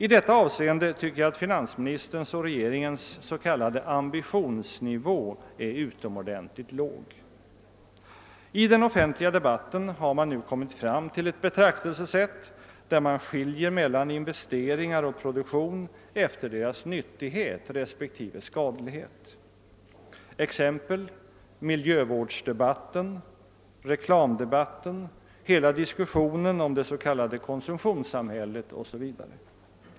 I det avseendet tycker jag att finansministerns och regeringens s.k. ambitionsnivå är utomordentligt låg. I den offentliga debatten har man nu kommit fram till ett betraktelsesätt där man skiljer mellan investeringar och produktion efter deras nyttighet re spektive skadlighet — exempel är miljövårdsdebatten, reklamdebatten, hela diskussionen om det s.k. konsumtionssamhället.